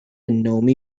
النوم